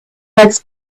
legs